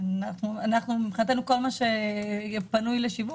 מבחינתנו כל מה שיהיה פנוי לשיווק,